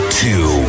two